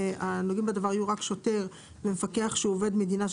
הנוגעים בדבר יהיו שוטר ומפקח שהוא עובד מדינה,